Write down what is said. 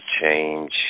change